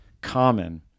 common